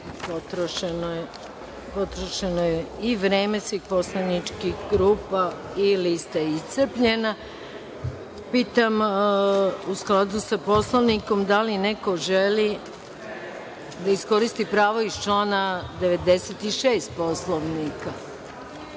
je i vreme svih poslaničkih grupa i lista je iscrpljena. Pitam u skladu sa Poslovnikom da li neko želi da iskoristi pravo iz člana 96. Poslovnika. Reč